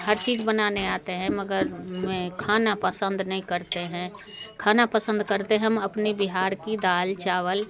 हर चीज़ बनाने आते है मगर हम खाना पसंद नहीं करते हैं खाना पसंद करते हम अपने बिहार का दाल चावल